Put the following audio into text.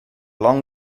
long